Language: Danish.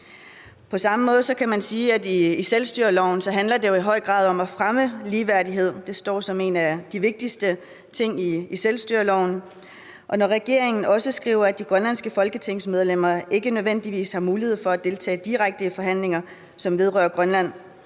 På samme måde kan man sige, at det i selvstyreloven jo i høj grad handler om at fremme ligeværdighed. Det står som en af de vigtigste ting i selvstyreloven, og når regeringen også skriver, at de grønlandske folketingsmedlemmer ikke nødvendigvis har mulighed for at deltage direkte i forhandlinger, som vedrører Grønland,